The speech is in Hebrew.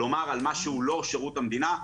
כלומר על מה שהוא לא שרות המדינה.